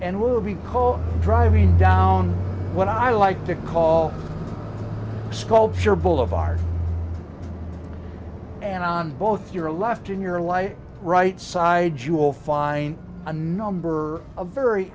and will be called driving down what i like to call sculpture boulevard and on both your left in your life right side you will find a number of very